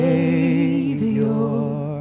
Savior